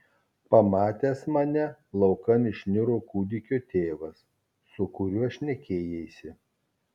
pamatęs mane laukan išniro kūdikio tėvas su kuriuo šnekėjaisi